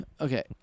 Okay